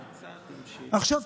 עכשיו,